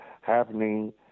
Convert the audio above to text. happening